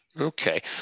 Okay